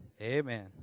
amen